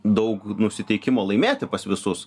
daug nusiteikimo laimėti pas visus